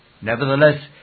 Nevertheless